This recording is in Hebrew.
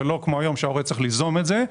ולא כמו היום שההורה צריך ליזום את זה,